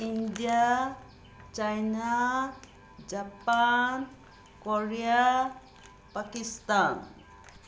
India China Japan Korea Pakistan